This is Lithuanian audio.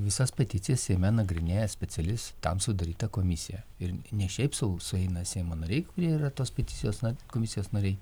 visas peticijas seime nagrinėja speciali tam sudaryta komisija ir ne šiaip sau sueina seimo nariai kurie yra tos peticijos komisijos nariai